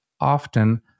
often